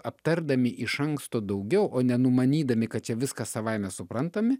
aptardami iš anksto daugiau o nenumanydami kad čia viskas savaime suprantami